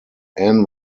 anne